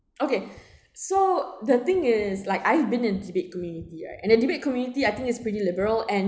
okay so the thing is like I've been in debate community alright and the debate community I think it's pretty liberal and